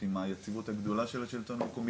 עם היציבות הגדולה של השלטון המקומי,